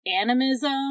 animism